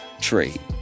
trade